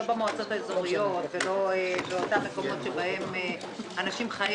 לא במועצות האזוריות ולא במקומות שבהם אנשים חיים